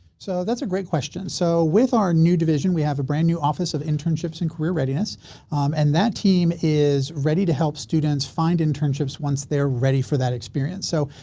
so, that's a great question. so, with our new division we have a brand new office of internships and career readiness and that team is ready to help students find internships once they're ready for that experience. so,